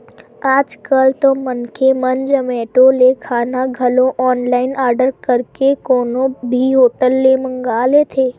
आज कल तो मनखे मन जोमेटो ले खाना घलो ऑनलाइन आरडर करके कोनो भी होटल ले मंगा लेथे